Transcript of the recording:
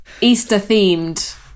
Easter-themed